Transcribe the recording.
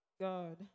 God